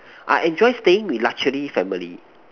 I enjoy staying with luxury family